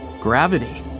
Gravity